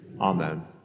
Amen